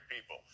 people